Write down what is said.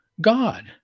God